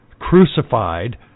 crucified